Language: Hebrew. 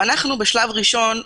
ואנחנו בשלב ראשון,